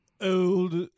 old